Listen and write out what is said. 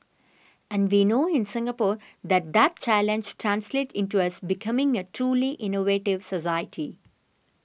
and we know in Singapore that that challenge translates into us becoming a truly innovative society